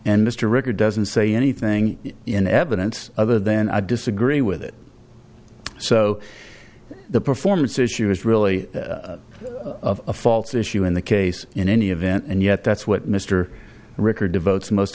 and mr record doesn't say anything in evidence other than i disagree with it so the performance issue is really of a false issue in the case in any event and yet that's what mr rickard devotes most